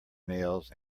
nails